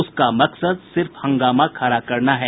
उसका मकसद सिर्फ हंगामा खड़ा करना है